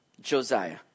Josiah